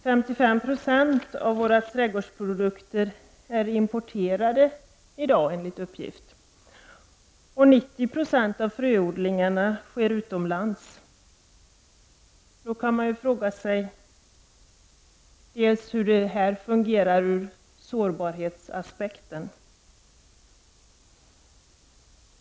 55 % av trädgårdsprodukterna lär i dag vara importerade. 90 % av fröodlingarna finns utomlands. Då kan man fråga sig hur det här påverkar med tanke på sårbarhetsaspekten.